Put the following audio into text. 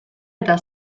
eta